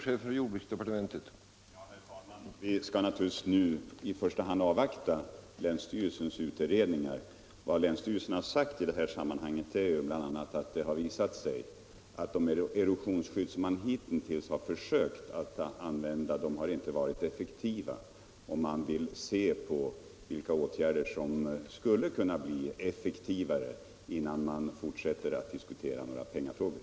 Herr talman! Vi skall naturligtvis nu i första hand avvakta länsstyrelsens utredningar. Vad länsstyrelsen har sagt i detta sammanhang är bl.a. att det har visat sig att de erosionsskydd som man hittills har försökt använda inte varit effektiva. Man vill undersöka vilka åtgärder som skulle kunna bli effektivare, innan man fortsätter att diskutera några pengafrågor.